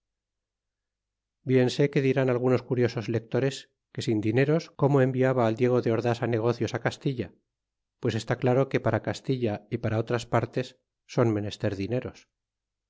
bien sé que dirn algunos curiosos lectores que sin dineros como enviaba al diego de ordas a negocios castilla pues está claro que para castilla y para otras partes son menester dineros